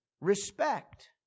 respect